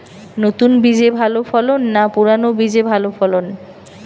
নতুন বীজে ভালো ফলন না পুরানো বীজে ভালো ফলন?